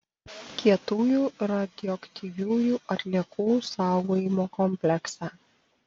kietųjų radioaktyviųjų atliekų saugojimo kompleksą